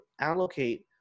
allocate